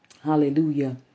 Hallelujah